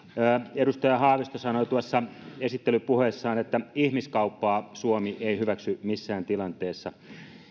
edustaja haavisto sanoi tuossa esittelypuheessaan että ihmiskauppaa suomi ei hyväksy missään tilanteessa